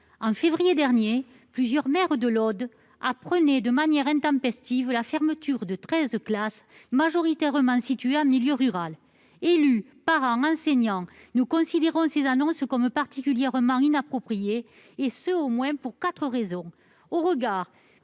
En février dernier, plusieurs maires de l'Aude apprenaient de manière intempestive la fermeture de treize classes majoritairement situées en milieu rural. Élus, parents, enseignants, nous considérons que ces annonces sont particulièrement inappropriées au regard, d'abord, des annonces